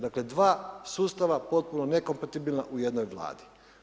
Dakle, dva sustava potpuno nekompatibilna u jednoj Vladi.